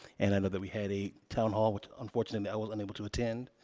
and i know that we had a town hall which unfortunately i was unable to attend,